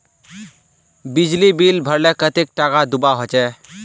बिजली बिल भरले कतेक टाका दूबा होचे?